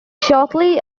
shortly